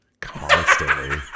constantly